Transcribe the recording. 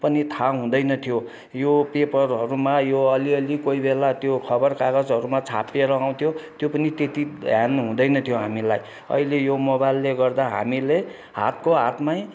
पनि थाहा हुँदैन थियो यो पेपरहरूमा यो अलि अलि कोही बेला त्यो खबर कागजहरूमा छापिएर आउँथ्यो त्यो पनि त्यति ध्यान हुँदैन थियो हामीलाई अहिले यो मोबाइलले गर्दा हामीले हातको हातमै